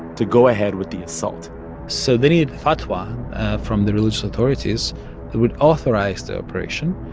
to go ahead with the assault so they needed a fatwa from the religious authorities that would authorize the operation.